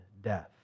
death